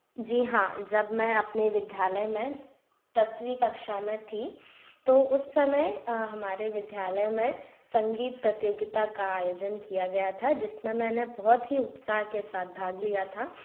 जी हाँ जब मैं अपने विद्यालय में दसवीं कक्षा में थी तो उस समय हमारे विद्यालय में संगीत प्रतियोगिता का आयोजन किया गया था जिसमें मैंने बहुत ही उत्साह के साथ भाग लिया था